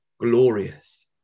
glorious